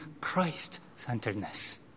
Christ-centeredness